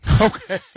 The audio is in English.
Okay